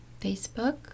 Facebook